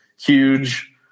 huge